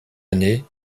année